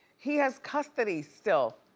he has custody still,